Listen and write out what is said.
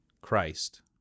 Christ